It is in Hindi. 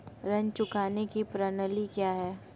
ऋण चुकाने की प्रणाली क्या है?